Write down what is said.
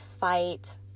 fight